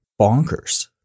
bonkers